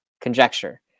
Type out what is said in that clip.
conjecture